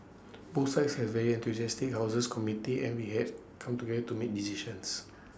both sides have very enthusiastic houses committees and we have come together to make decisions